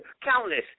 countless